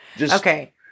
okay